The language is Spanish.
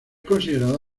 considerada